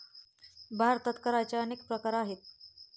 भारतात करांचे अनेक प्रकार आहेत